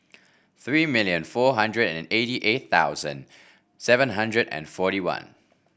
three million four hundred and eighty eight thousand seven hundred and forty one